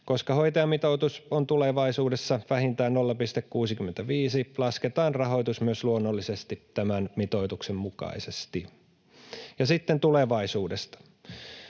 Koska hoitajamitoitus on tulevaisuudessa vähintään 0,65, lasketaan rahoitus myös luonnollisesti tämän mitoituksen mukaisesti. Sitten tulevaisuudesta: